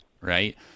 right